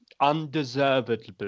undeservedly